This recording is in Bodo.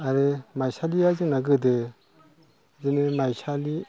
आरो माइसालिया जोंना गोदो बिदिनो माइसालि